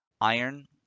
Iron